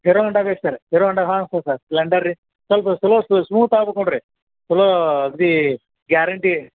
hero Honda ಬೇಕು sir Hero Honda ಹಾಂ ಅಸ್ತೆ ಸರ್ ಸ್ಪ್ಲೆಂಡರ್ ರೀ ಸೊಲ್ಪ ಸ್ಲೊ ಸ್ಮೂತ್ ಆಗ್ಬೇಕು ನೋಡ್ರಿ ಚಲೋ ಅದು ಗ್ಯಾರೆಂಟಿ